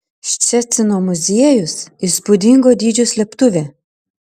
ščecino muziejus įspūdingo dydžio slėptuvė